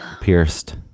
pierced